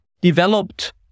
developed